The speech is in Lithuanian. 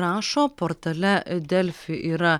rašo portale delfi yra